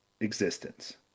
existence